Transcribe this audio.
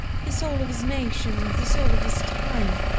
the soul of his nation, the soul of his time,